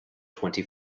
twenty